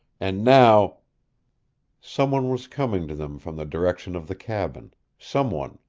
and now someone was coming to them from the direction of the cabin someone,